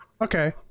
okay